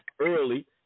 early